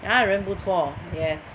她的人不错 yes